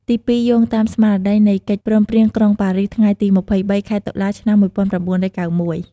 ទីពីរ យោងតាមស្មារតីនៃកិច្ចព្រមព្រៀងក្រុងប៉ារីសថ្ងៃទី២៣ ខែតុលា ឆ្នាំ១៩៩១។